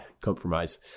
compromise